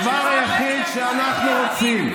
הדבר היחיד שאנחנו רוצים,